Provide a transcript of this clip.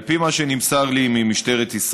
על פי מה שנמסר לי ממשטרת ישראל,